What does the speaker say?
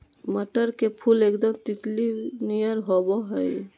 मटर के फुल एकदम तितली नियर होबा हइ